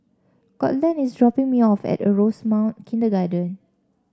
Courtland is dropping me off at Rosemount Kindergarten